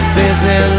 busy